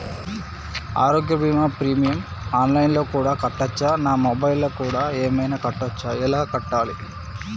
ఆరోగ్య బీమా premium online లో కూడా కట్టచ్చా? నా మొబైల్లో కూడా ఏమైనా కట్టొచ్చా? ఎలా కట్టాలి?